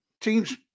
teams